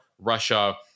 Russia